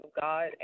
God